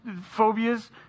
phobias